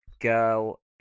girl